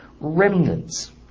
remnants